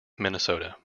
minnesota